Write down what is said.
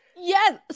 Yes